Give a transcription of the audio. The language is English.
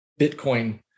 Bitcoin